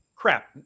crap